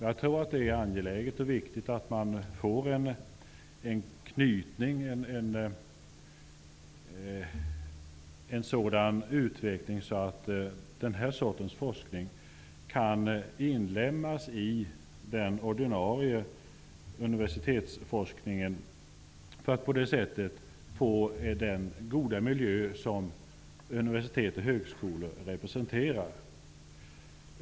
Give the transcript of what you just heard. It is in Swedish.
Jag tror att det är angeläget och viktigt att den här sortens forskning kan inlemmas i den ordinarie universitetsforskningen, för att på det sättet få tillgång till den goda miljö som universitet och högskolor representerar.